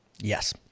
Yes